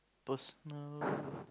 personal